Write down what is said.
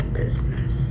business